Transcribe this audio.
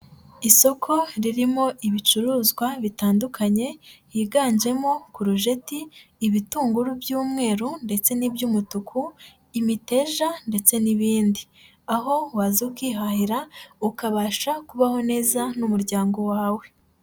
Isoko ririmo ibicuruzwa bitandukanye higanjemo kurujeti, ibitunguru by'umweru ndetse n'iby'umutuku, imiteja ndetse n'ibindi, aho waza ukihahira ukabasha kubaho neza n'umuryango wawe.